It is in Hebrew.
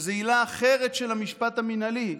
זו עילה אחרת של המשפט המינהלי,